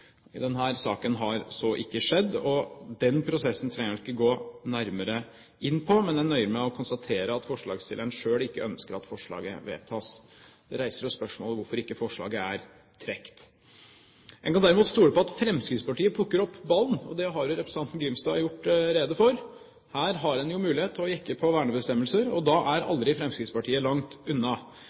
I denne saken har så ikke skjedd. Den prosessen trenger en ikke å gå nærmere inn på, jeg nøyer meg med å konstatere at forslagsstillerene selv ikke ønsker at forslaget vedtas. Det reiser jo spørsmål om hvorfor forslaget ikke er trukket. En kan derimot stole på at Fremskrittspartiet plukker opp ballen, og det har jo representanten Grimstad gjort rede for. Her har en mulighet til å jenke på vernebestemmelser, og da er aldri Fremskrittspartiet langt unna.